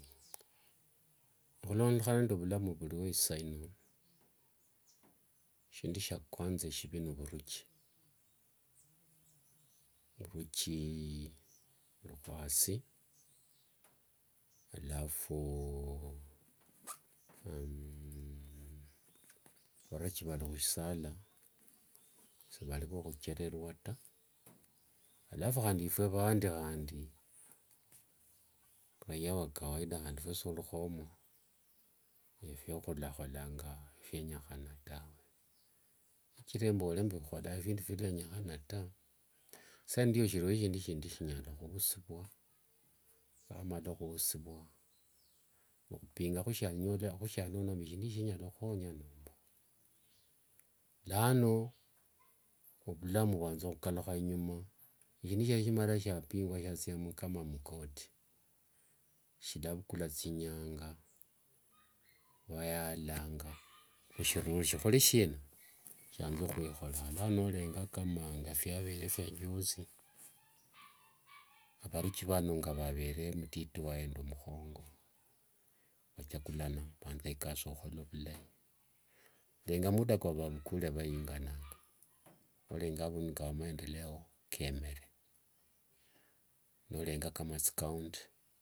Hulondekhana nende vulamu vulio isaino, shindu shia kwanza eshivi ni ovuruchi, ovuruchi vulikho asi alafu avaruchi vali husisala shivenya khuchererwa ta, nae ata efwe avandi handi raia wakawaida handi fwesi hulikhomo efyawalakholanga ephienyekhana taa sithire mbole mbu khukholanga phindu phielenyekhana taa, isaindi khulio shindu shindi shinyala khuvusivwa nisiakhamqla khuvusivwa, nikhupinga khusianyola, khunono mbu shindu shino shinyala khukhukhonya nomba. Lano ovulamu vukalukha inyuma shindu eshio shismala shiapingwa shia thia kama mcourt shilavukula thinyanga vayalanga hishurureo shikhole shina, shianze khwikhorekha. Nolenga ngephiavere phia juzi, avaruchi vano ngavavere mtiti nende mukhongo vachagulana, linga muda kwavavukule nivaingana, nolinga avundu ngao maendeleo kemere nolinga kama thicounty.